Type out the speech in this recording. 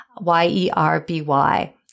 Y-E-R-B-Y